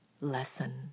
lesson